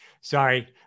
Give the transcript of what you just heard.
sorry